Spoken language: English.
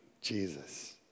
Jesus